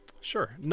Sure